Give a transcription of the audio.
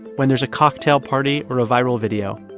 when there's a cocktail party or a viral video.